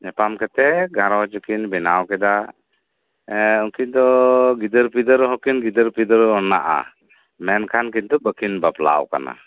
ᱧᱟᱯᱟᱢ ᱠᱟᱛᱮᱫ ᱜᱷᱟᱨᱚᱧᱡᱽ ᱦᱚᱸᱠᱤᱱ ᱵᱮᱱᱟᱣ ᱠᱮᱫᱟ ᱩᱱᱠᱤᱱ ᱫᱚ ᱜᱤᱫᱟᱹᱨ ᱯᱤᱫᱟᱹᱨ ᱦᱚᱸᱠᱤᱱ ᱜᱤᱫᱟᱹᱨ ᱯᱤᱫᱟᱹᱨ ᱟᱣᱱᱟᱜᱼᱟ ᱢᱮᱱᱠᱷᱟᱱ ᱠᱤᱱᱛᱩ ᱵᱟᱠᱤᱱ ᱵᱟᱯᱞᱟ ᱟᱠᱟᱱᱟ